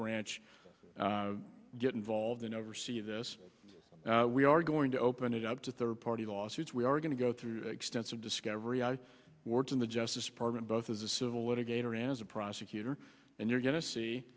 branch get involved and oversee this we are going to open it up to third party lawsuits we are going to go through extensive discovery i worked in the justice department both as a civil litigator and as a prosecutor and you're go